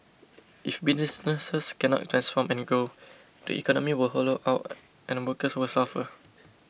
if businesses cannot transform and grow the economy will hollow out and workers will suffer